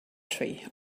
tree